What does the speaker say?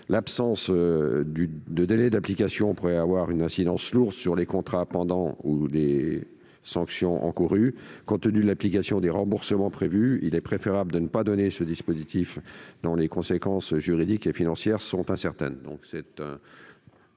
L'absence de délai d'application pourrait avoir une incidence lourde sur les contrats pendants ou sur les sanctions encourues. Compte tenu de l'application des remboursements prévus, il est préférable de ne pas adopter ce dispositif, dont les conséquences juridiques et financières sont incertaines.